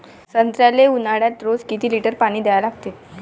संत्र्याले ऊन्हाळ्यात रोज किती लीटर पानी द्या लागते?